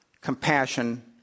compassion